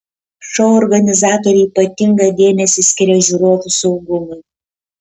šou organizatoriai ypatingą dėmesį skiria žiūrovų saugumui